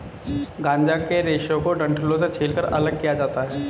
गांजा के रेशे को डंठलों से छीलकर अलग किया जाता है